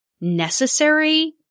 necessary